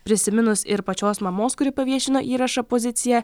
prisiminus ir pačios mamos kuri paviešino įrašą poziciją